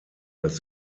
das